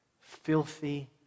filthy